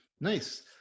Nice